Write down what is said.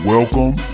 Welcome